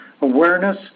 awareness